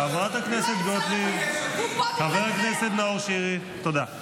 חבר הכנסת נאור שירי, תודה.